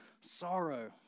sorrow